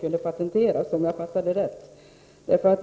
kunde patenteras, om jag uppfattade henne rätt.